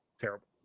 terrible